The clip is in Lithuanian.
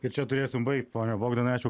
ir čia turėsim baigt pone bogdanai ačiū